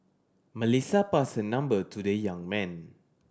Melissa passed her number to the young man